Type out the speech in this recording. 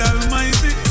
Almighty